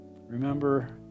Remember